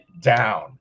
down